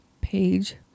page